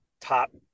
top